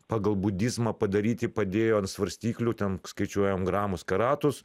pagal budizmą padaryti padėjo ant svarstyklių ten skaičiuojam gramus karatus